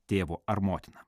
tėvu ar motina